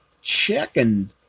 checking